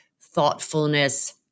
thoughtfulness